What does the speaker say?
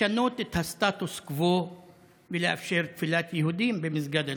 לשנות את הסטטוס קוו ולאפשר תפילת יהודים במסגד אל-אקצא,